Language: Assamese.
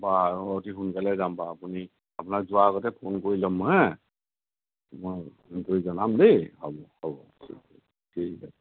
বাৰু অতি সোনকালে যাম বাৰু আপুনি আপোনাক যোৱাৰ আগতে ফোন কৰি যাম হা মই ফোন কৰি জনাম দেই হ'ব হ'ব ঠিক আছে